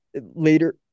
later